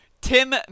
Tim